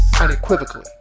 unequivocally